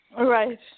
Right